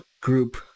group